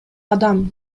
адам